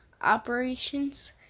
operations